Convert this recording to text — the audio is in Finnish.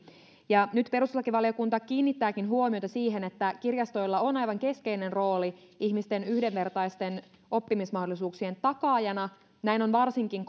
nyt perustuslakivaliokunta kiinnittääkin huomiota siihen että kirjastoilla on aivan keskeinen rooli ihmisten yhdenvertaisten oppimismahdollisuuksien takaajana näin on varsinkin